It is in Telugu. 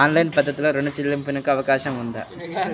ఆన్లైన్ పద్ధతిలో రుణ చెల్లింపునకు అవకాశం ఉందా?